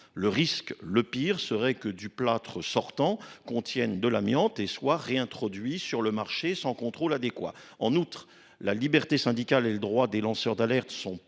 partie du plâtre sortant de l’entreprise contienne de l’amiante et soit réintroduit sur le marché sans contrôle adéquat. En outre, la liberté syndicale et le droit des lanceurs d’alerte sont